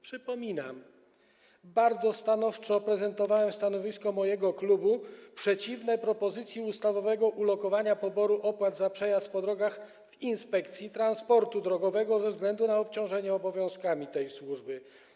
Przypominam: bardzo stanowczo prezentowałem stanowisko mojego klubu przeciwne propozycji ustawowego ulokowania poboru opłat za przejazd po drogach w Inspekcji Transportu Drogowego ze względu na obciążenie obowiązkami tej służby.